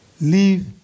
leave